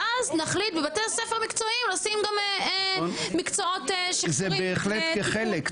ואז נחליט בבתי הספר המקצועיים לשים גם מקצועות -- זה בהחלט כחלק,